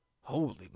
Holy